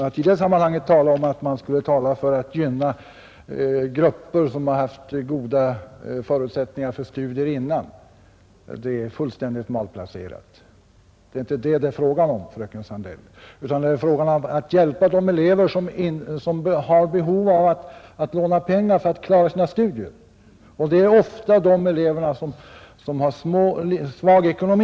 Att i det sammanhanget tala om att vårt förslag gynnar grupper som redan tidigare haft goda förutsättningar för studier är fullständigt malplacerat. Det är inte det saken gäller, utan det är fråga om att hjälpa de elever som har behov av att låna pengar för att klara sina studier, och det är ofta de elever som har en svag ekonomi.